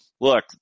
look